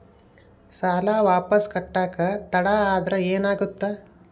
ಸಾಲ ವಾಪಸ್ ಕಟ್ಟಕ ತಡ ಆದ್ರ ಏನಾಗುತ್ತ?